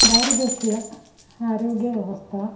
भारतस्य आरोग्यव्यवस्था